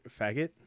faggot